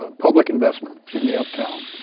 ah public investment in the uptown,